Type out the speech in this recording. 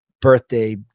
Birthday